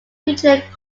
featured